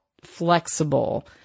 Flexible